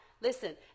Listen